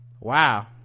wow